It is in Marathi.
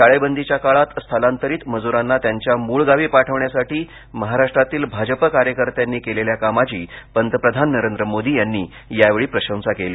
टाळेबंदीच्या काळात स्थलांतरित मजूरांना त्यांच्या मूळ गावी पाठविण्यासाठी महाराष्ट्रातील भाजप कार्यकर्त्यांनी केलेल्या कामाची पंतप्रधान नरेंद्र मोदींनी यावेळी प्रशंसा केली